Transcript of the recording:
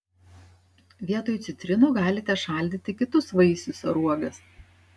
vietoj citrinų galite šaldyti kitus vaisius ar uogas